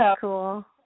cool